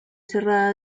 cerrada